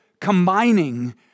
combining